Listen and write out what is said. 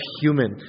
human